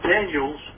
Daniel's